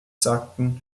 sagten